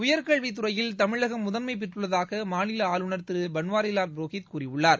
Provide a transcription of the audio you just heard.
உயர்கல்வித் துறையில் தமிழகம் முதன்மை பெற்றுள்ளதாக மாநில ஆளுநர் திரு பன்வாரிலால் புரோஹித் கூறியுள்ளார்